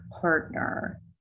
partner